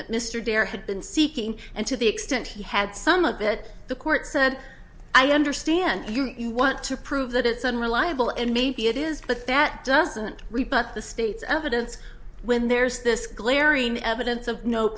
that mr dare had been seeking and to the extent he had some of it the court said i understand you want to prove that it's unreliable and maybe it is but that doesn't rebut the state's evidence when there's this glaring evidence of no